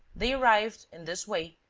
they arrived in this way,